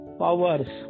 powers